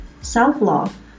self-love